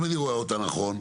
אם אני מבין אותה נכון,